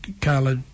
Carla